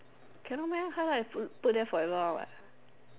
cannot meh highlight is put there for very long one what